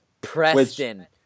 Preston